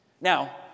Now